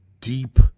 deep